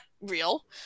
real